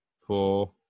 four